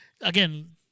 again